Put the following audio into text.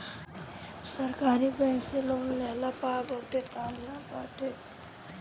सरकारी बैंक से लोन लेहला पअ बहुते ताम झाम बाटे